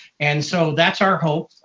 and so that's our hope.